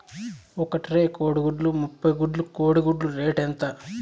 ఒక ట్రే కోడిగుడ్లు ముప్పై గుడ్లు కోడి గుడ్ల రేటు ఎంత?